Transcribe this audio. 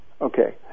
Okay